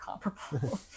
comparable